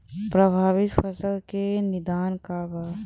प्रभावित फसल के निदान का बा?